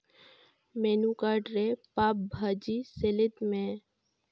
menu card ᱨᱮ ᱯᱟᱣ ᱵᱷᱟᱹᱡᱤ ᱥᱮᱞᱮᱫ ᱢᱮ